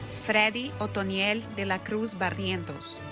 fredy otoniel de la cruz barrientos